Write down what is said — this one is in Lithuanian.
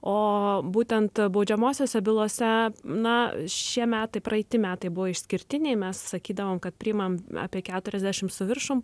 o būtent baudžiamosiose bylose na šie metai praeiti metai buvo išskirtiniai mes sakydavom kad priimam apie keturiasdešim su viršum